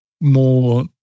more